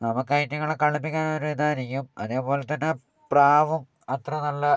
നമുക്ക് അവറ്റുങ്ങള കളിപ്പിക്കാൻ ഒരിതായിരിക്കും അതുപോലെ തന്നെ പ്രാവും അത്ര നല്ല